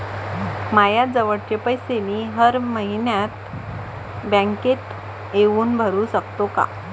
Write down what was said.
मायाजवळचे पैसे मी हर मइन्यात बँकेत येऊन भरू सकतो का?